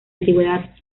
antigüedad